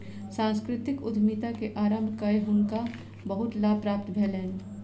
सांस्कृतिक उद्यमिता के आरम्भ कय हुनका बहुत लाभ प्राप्त भेलैन